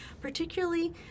particularly